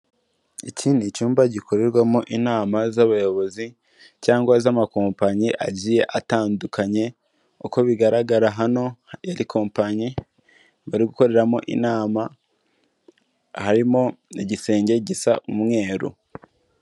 Iki ni icyumba gikorerwamo inama z'abayobozi cyangwa iz'amakompanyi agiye atandukanye, uko bigaragara hano yari kompanyi, bari gukoreramo inama harimo igisenge gisa umweru.